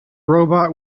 robot